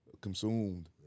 Consumed